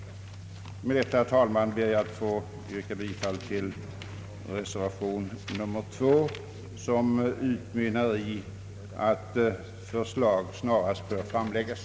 Med detta, herr talman, ber jag att få yrka bifall till reservation nr 2, som utmynnar i att förslag snarast bör framläggas.